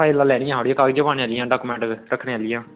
फाईलां थोह्ड़े न कागज़ पाने आह्लियां डॉक्यूमेंट रक्खने आह्लियां